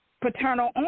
paternal